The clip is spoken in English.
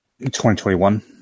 2021